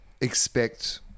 expect